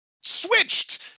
switched